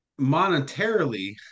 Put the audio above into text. monetarily